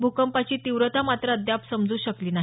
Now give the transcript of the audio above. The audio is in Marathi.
भूकंपाची तीव्रता मात्र अद्याप समजू शकली नाही